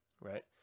Right